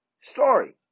story